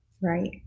Right